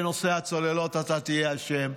בנושא הצוללות אתה תהיה אשם,